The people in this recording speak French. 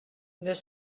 deux